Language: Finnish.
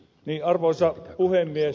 arvoisa puhemies